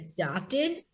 adopted